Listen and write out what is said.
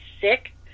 sick